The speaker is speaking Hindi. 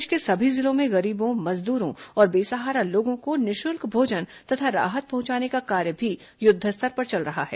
प्रदेश के सभी जिलों में गरीबों मजदूरों और बेसहारा लोगों को निःशुल्क भोजन तथा राहत पहुंचाने का कार्य भी युद्धस्तर पर चल रहा है